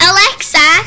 Alexa